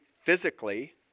physically